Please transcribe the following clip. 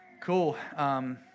Cool